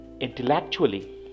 intellectually